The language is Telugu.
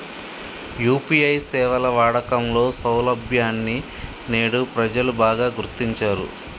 యూ.పీ.ఐ సేవల వాడకంలో సౌలభ్యాన్ని నేడు ప్రజలు బాగా గుర్తించారు